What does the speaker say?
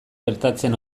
gertatzen